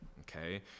okay